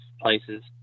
places